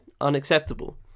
unacceptable